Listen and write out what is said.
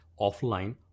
offline